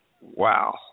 Wow